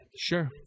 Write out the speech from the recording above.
sure